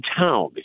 town